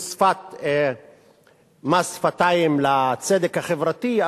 מס שפתיים לצדק החברתי,